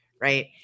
Right